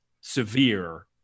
severe